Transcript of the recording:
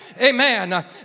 Amen